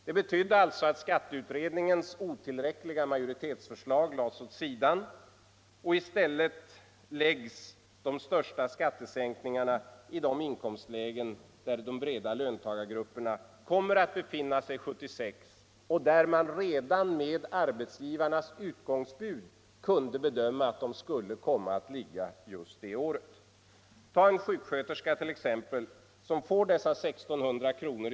Det betydde alltså att skatteutredningens otillräckliga majoritetsförslag fördes åt sidan, och i stället läggs de största skattesänkningarna i de inkomstlägen där de breda löntagargrupperna kommer att befinna sig 1976 och där man redan utifrån arbetsgivarnas utgångsbud kunde bedöma att de skulle komma att ligga just det året. Ta en sjuksköterska t.ex. som får dessa 1600 kr.